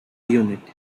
unit